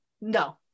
No